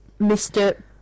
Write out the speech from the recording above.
Mr